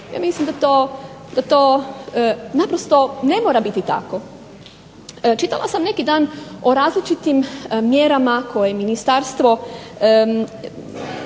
Ja mislim da to naprosto ne mora biti tako. Čitala sam neki dan o različitim mjerama koje je ministarstvo,